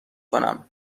کنم